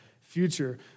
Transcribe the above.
future